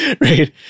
Right